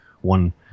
one